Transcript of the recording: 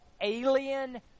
alien